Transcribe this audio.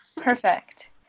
Perfect